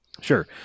Sure